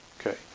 Okay